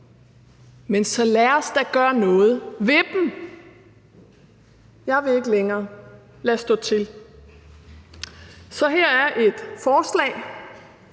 Men så lad os da gøre noget ved dem! Jeg vil ikke længere lade stå til. Så her er et forslag: